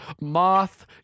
moth